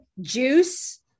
juice